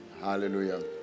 Hallelujah